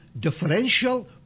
differential